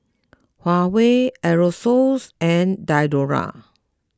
Huawei Aerosoles and Diadora